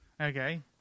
Okay